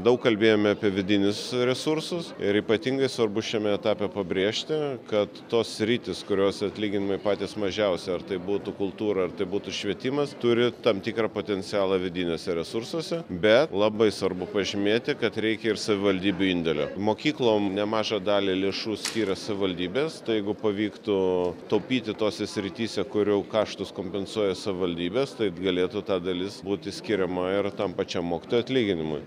daug kalbėjome apie vidinius resursus ir ypatingai svarbu šiame etape pabrėžti kad tos sritys kuriose atlyginimai patys mažiausi ar tai būtų kultūra ar tai būtų švietimas turi tam tikrą potencialą vidiniuose resursuose be labai svarbu pažymėti kad reikia ir savivaldybių indėlio mokyklom nemažą dalį lėšų skiria savaldybės tai jeigu pavyktų taupyti tose srityse kurių kaštus kompensuoja savivaldybės tai galėtų ta dalis būti skiriama ir tam pačiam mokytojų atlyginimui